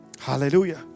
Hallelujah